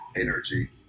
energy